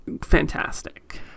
fantastic